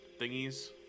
thingies